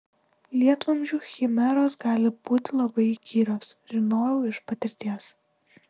lietvamzdžių chimeros gali būti labai įkyrios žinojau iš patirties